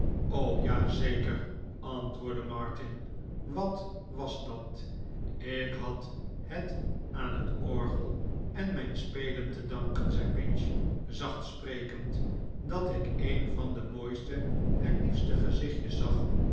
ja zeker antwoordde martin wat was dat ik had het aan het orgel en mijn spelen te danken zei pinch zachter sprekend dat ik een van de mooiste en liefste gezichtjes zag